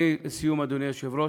לסיום, אדוני היושב-ראש,